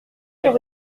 sur